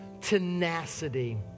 tenacity